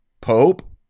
pope